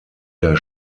der